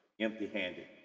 empty-handed